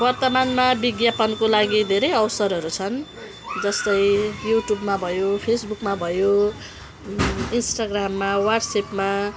वर्तमानमा विज्ञापनको लागि धेरै अवसरहरू छन् जस्तै युट्युबमा भयो फेसबुकमा भयो इन्स्टाग्राममा वाट्सएपमा